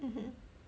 mmhmm